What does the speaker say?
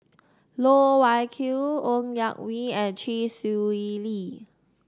Loh Wai Kiew Ng Yak Whee and Chee Swee Lee